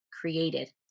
created